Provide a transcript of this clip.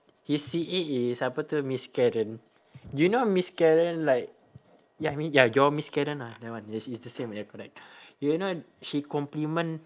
his C_A is apa tu miss karen do you know miss karen like ya you mean ya your miss karen ah that one yes it's the same ya correct do you know she compliment